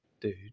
dude